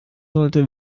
sollte